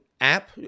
app